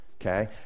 okay